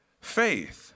faith